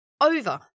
over